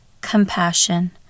compassion